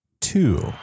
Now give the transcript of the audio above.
two